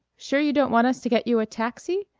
sure you don't want us to get you a taxi?